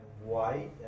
white